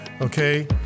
Okay